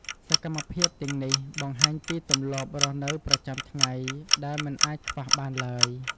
សកម្មភាពទាំងនេះបង្ហាញពីទម្លាប់រស់នៅប្រចាំថ្ងៃដែលមិនអាចខ្វះបានឡើយ។